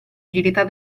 agilità